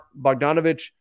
Bogdanovich